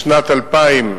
בשנת 2008,